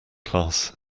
class